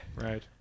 Right